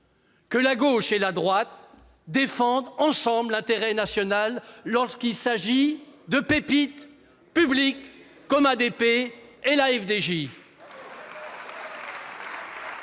que la gauche et la droite défendent ensemble l'intérêt national, lorsqu'il s'agit de pépites publiques comme ces deux